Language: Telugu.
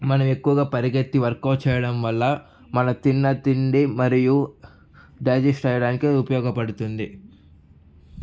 మనం ఎక్కువగా పరిగెత్తి వర్కౌట్ చేయడం వల్ల మనం తిన్న తిండి మరియు డైజేషన్ అవ్వడానికి అది ఉపయోగపడుతుంది